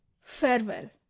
Farewell